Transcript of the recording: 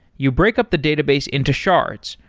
you break up the database into shards,